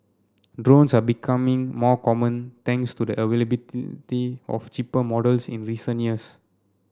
drones are becoming more common thanks to the of cheaper models in recent years